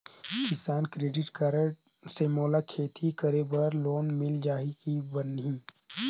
किसान credit card से मोला खेती करे बर लोन मिल जाहि की बनही??